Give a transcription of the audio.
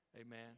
Amen